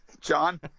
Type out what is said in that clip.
John